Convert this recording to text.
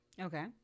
Okay